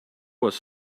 was